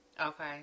Okay